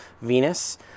Venus